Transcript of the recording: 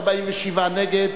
47 נגד,